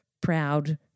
proud